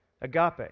agape